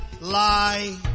lie